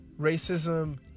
racism